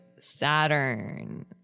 Saturn